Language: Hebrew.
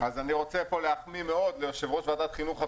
-- אז אני רוצה להחמיא פה מאוד ליושב-ראש ועדת החינוך הקודם,